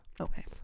Okay